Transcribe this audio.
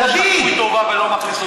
כפוי טובה ולא מכניס אותו.